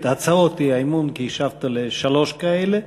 את הצעות האי-אמון, כי השבת על שלוש כאלה.